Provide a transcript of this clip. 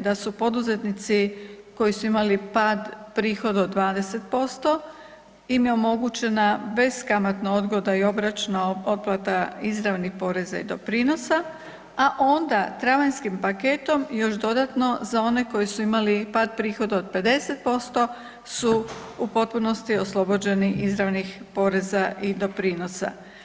da su poduzetnici koji su imali pad prihod od 20% im je omogućena beskamatna odgoda i obročna otplata izravnih poreza i doprinosa, a onda travanjskim paketom još dodatno za one koji su imali pad prihoda od 50% su u potpunosti oslobođeni izravnih poreza i doprinosa.